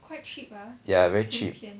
ya very cheap